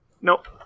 nope